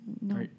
No